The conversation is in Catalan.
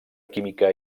química